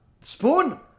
Spoon